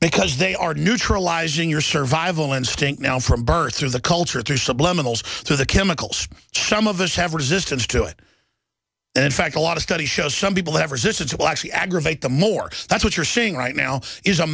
because they are neutralizing your survival instinct now from birth through the culture through subliminals through the chemicals some of us have resistance to it and in fact a lot of study shows some people have resistance will actually aggravate the more that's what you're seeing right now is a